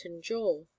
jaw